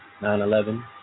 9-11